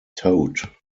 toad